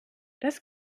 das